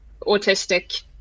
autistic